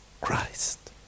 Christ